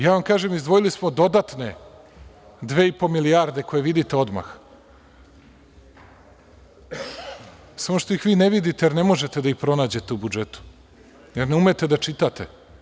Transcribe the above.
Ja vam kažem izdvojili smo dodatne dve i po milijarde koje vidite odmah, samo što ih vi ne vidite jer ne možete da ih pronađete u budžetu jer ne umete da čitate.